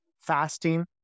fasting